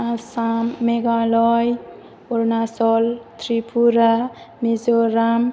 Assam Meghalaya Arunachal Pradesh Tripura Mizoram